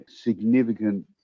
significant